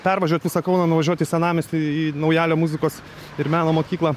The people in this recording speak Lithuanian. pervažiuot visą kauną nuvažiuot į senamiestį į naujalio muzikos ir meno mokyklą